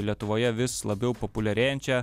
lietuvoje vis labiau populiarėjančią